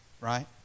right